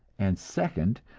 and second,